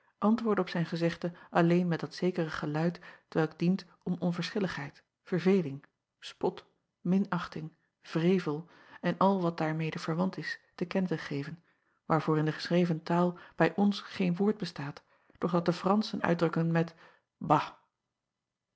antwoordde op zijn gezegde alleen met dat zekere geluid t welk dient om onverschilligheid verveeling spot minachting wrevel en al wat daarmede verwant is te kennen te geven waarvoor in de geschreven taal bij ons geen woord bestaat doch dat de ranschen uitdrukken met bah